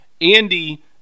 Andy